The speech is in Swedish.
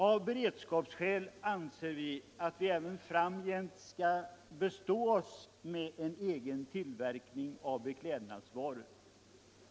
Av beredskapsskäl anser vi att vi även framgent skall bestå oss med en egen tillverkning av beklädnadsvaror.